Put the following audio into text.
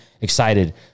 excited